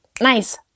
nice